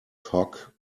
cock